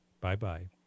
Bye-bye